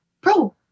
bro